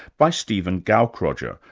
by stephen gaukroger,